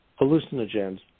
hallucinogens